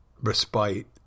respite